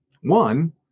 One